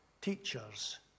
teachers